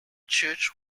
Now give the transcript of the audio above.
church